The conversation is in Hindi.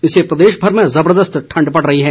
इससे प्रदेशभर में ज़बरदस्त ठण्ड पड़ रही है